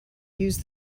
use